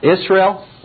Israel